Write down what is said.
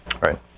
Right